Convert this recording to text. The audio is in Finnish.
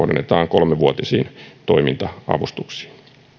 kolmevuotisiin toiminta avustuksiin